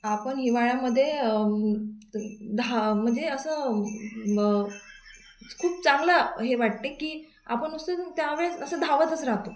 आपण हिवाळ्यामध्ये दहा म्हणजे असं मग खूप चांगला हे वाटते की आपण नुसतं त्यावेळेस असं धावतच राहातो